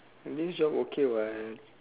this job okay what